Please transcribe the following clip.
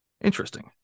Interesting